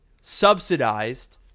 subsidized